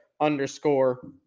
underscore